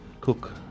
cook